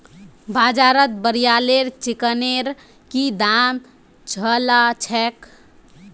बाजारत ब्रायलर चिकनेर की दाम च ल छेक